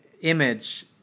image